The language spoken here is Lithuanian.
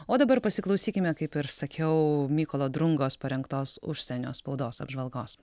o dabar pasiklausykime kaip ir sakiau mykolo drungos parengtos užsienio spaudos apžvalgos